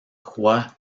croix